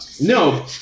no